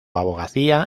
abogacía